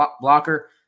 blocker